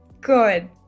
good